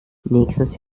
nächstes